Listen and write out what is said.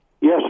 Yes